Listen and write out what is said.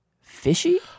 fishy